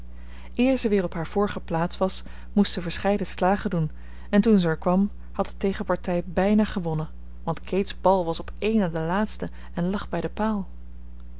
ze weer op haar vorige plaats was moest ze verscheiden slagen doen en toen ze er kwam had de tegenpartij bijna gewonnen want kate's bal was op een na de laatste en lag bij den paal